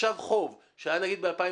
ועכשיו חוב שהיה נגיד ב-2016,